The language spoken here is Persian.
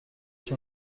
چون